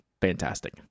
fantastic